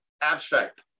abstract